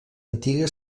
antiga